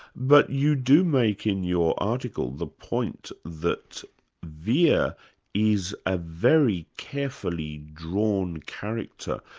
but you do make in your article, the point that vere is a very carefully drawn character,